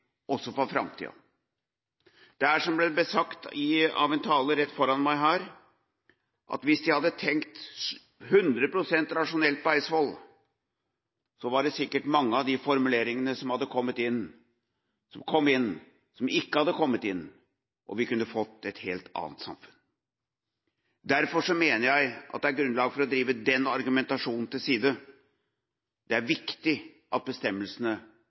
også for framtida. Det er som det ble sagt av en taler rett foran meg her, at hvis de hadde tenkt 100 pst. rasjonelt på Eidsvoll, hadde sikkert mange av de formuleringene som kom inn, ikke kommet inn, og vi kunne fått et helt annet samfunn. Derfor mener jeg at det er grunnlag for å drive den argumentasjonen tilbake. Det er viktig at bestemmelsene